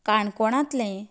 काणकोणांतलें